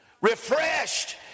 refreshed